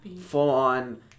full-on